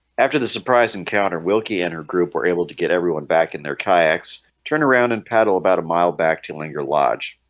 after the surprise encounter wilkie and her group were able to get everyone back in their kayaks turn around and paddle about a mile back to langer lodge